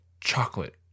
Chocolate